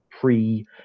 pre